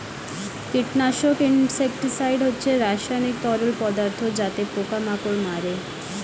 কীটনাশক ইনসেক্টিসাইড হচ্ছে রাসায়নিক তরল পদার্থ যাতে পোকা মাকড় মারে